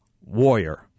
warrior